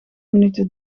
minuten